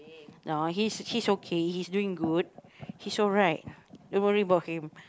no he's he's okay he's doing good he's alright don't worry about him